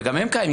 וגם הוא קיים,